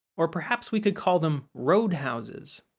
or, perhaps we could call them roadhouses?